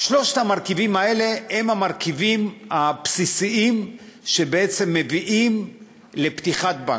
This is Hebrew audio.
שלושת המרכיבים האלה הם המרכיבים הבסיסיים שבעצם מביאים לפתיחת בנק.